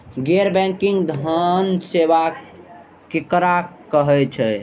गैर बैंकिंग धान सेवा केकरा कहे छे?